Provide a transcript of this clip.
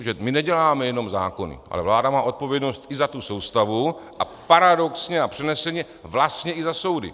Protože my neděláme jenom zákony, ale vláda má odpovědnost i za tu soustavu a paradoxně a přeneseně vlastně i za soudy.